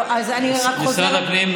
משרד הפנים,